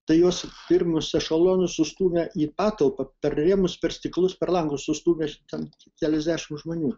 tai juos pirmus ešelonus sustūmė į patalpą per rėmus per stiklus per langus sustūmė ten keliasdešimt žmonių